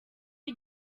iki